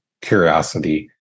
curiosity